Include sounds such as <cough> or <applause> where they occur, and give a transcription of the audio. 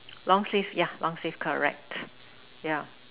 <noise> long sleeve yeah long sleeve correct yeah